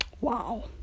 wow